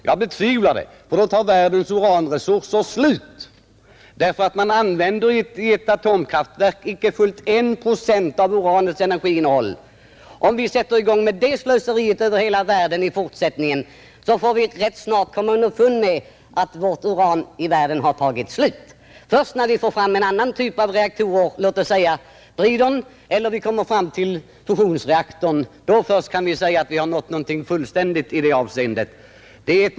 Jag betvivlar det, ty då tar världens uranresurser slut, därför att man använder i ett atomkraftverk icke fullt I procent av uranets energiinnehåll. Om vi börjar med sådant slöseri över hela världen, så kommer vi snart underfund med att uranet i världen tar slut. Först när vi får fram en annan typ av reaktorer — låt oss säga bridreaktorn eller fusionsreaktorn — kan vi säga att vi har nått något som är fullkomligt i detta avseende.